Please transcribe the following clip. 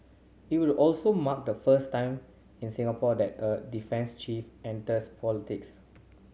it will also mark the first time in Singapore that a defence chief enters politics